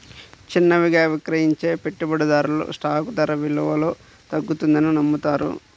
చిన్నవిగా విక్రయించే పెట్టుబడిదారులు స్టాక్ ధర విలువలో తగ్గుతుందని నమ్ముతారు